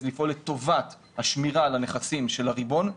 לפעול לטובת השמירה על הנכסים של הריבון,